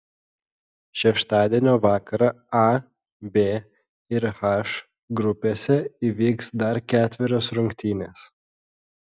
šeštadienio vakarą a b ir h grupėse įvyks dar ketverios rungtynės